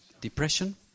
Depression